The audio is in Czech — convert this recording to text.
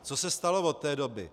Co se stalo od té doby?